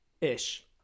ish